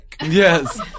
Yes